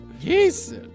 Yes